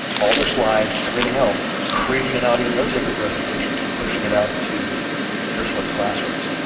all their slides, everything else, creating an audio notetaker presentation and pushing it out to their flipped classrooms.